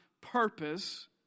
purpose